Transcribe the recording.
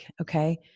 okay